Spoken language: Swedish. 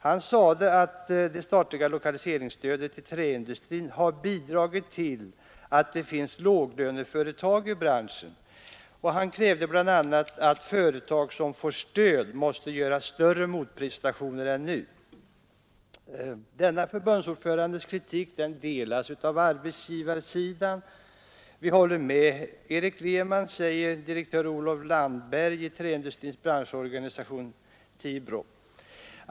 Han sade att det statliga lokaliseringsstödet till träindustrin har bidragit till att det finns låglöneföretag i branschen och krävde bl.a. att företag som får stöd skall göra större motprestationer än nu. Till förbundsordförandens kritik ansluter sig arbetsgivarsidan. — Vi håller med Erik Lehman, säger direktör Olov Landberg i Träindustrins branschorganisation, TIBO.